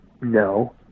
No